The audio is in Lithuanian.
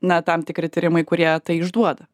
na tam tikri tyrimai kurie tai išduoda